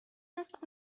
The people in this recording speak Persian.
است